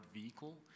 vehicle